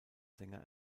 sänger